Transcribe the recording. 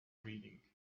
reading